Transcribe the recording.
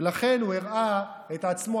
ולכן הוא הראה את עצמו,